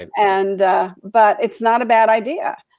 and and but it's not a bad idea.